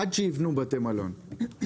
עד שיבנו בתי מלון.